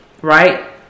Right